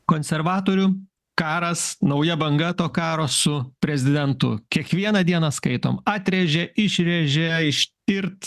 konservatorių karas nauja banga to karo su prezidentu kiekvieną dieną skaitom atrėžė išrėžė ištirt